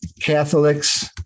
Catholics